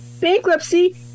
Bankruptcy